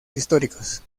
históricos